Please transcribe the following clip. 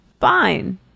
fine